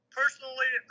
personally